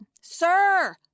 Sir